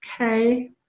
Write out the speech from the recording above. Okay